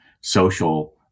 social